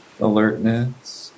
alertness